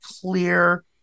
clear